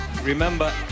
Remember